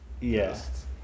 yes